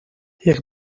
jak